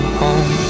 home